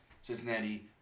Cincinnati